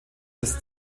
des